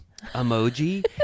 emoji